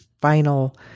final